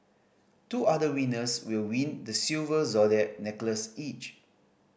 two other winners will win the silver zodiac necklace each